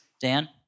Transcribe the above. Dan